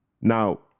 Now